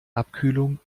abkühlung